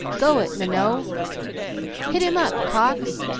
go it, minot! hit him up, cox!